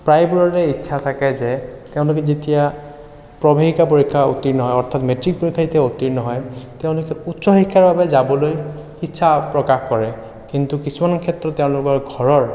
প্ৰায়বোৰৰে ইচ্ছা থাকে যে তেওঁলোকে যেতিয়া প্ৰৱেশিকা পৰীক্ষা উত্তীৰ্ণ হয় অৰ্থাৎ মেট্ৰিক পৰীক্ষা যেতিয়া উত্তীৰ্ণ হয় তেওঁলোকে উচ্চ শিক্ষাৰ বাবে যাবলৈ ইচ্ছা প্ৰকাশ কৰে কিন্তু কিছুমান ক্ষেত্ৰত তেওঁলোকৰ ঘৰৰ